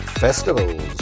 Festivals